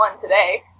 today